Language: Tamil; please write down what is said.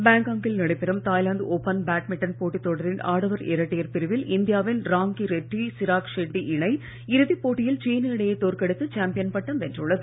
பாங்காக்கில் நடைபெறும் தாய்லாந்து ஓபன் பேட்மிண்டன் போட்டித்தொடரின் ஆடவர் இரட்டையர் பிரிவில் இந்தியாவின் ராங்கி ரெட்டி சிராக் ஷெட்டி இணை இறுதிப் போட்டியில் சீன இணையைத் தோற்கடித்து சாம்பியன் பட்டம் வென்றுள்ளது